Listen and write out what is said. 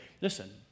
Listen